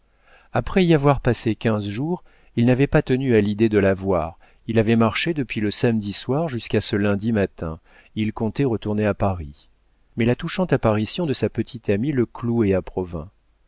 après y avoir passé quinze jours il n'avait pas tenu à l'idée de la voir il avait marché depuis le samedi soir jusqu'à ce lundi matin il comptait retourner à paris mais la touchante apparition de sa petite amie le clouait à